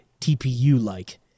TPU-like